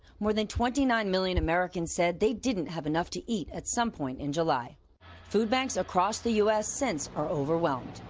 more than twenty nine million americans said they didn't have enough to eat at system point in july food banks across the u s. since are overwhelmed.